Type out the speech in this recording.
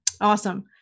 Awesome